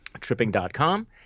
tripping.com